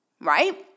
Right